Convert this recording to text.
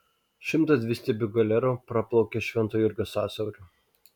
šimtas dvistiebių galerų praplaukė švento jurgio sąsiauriu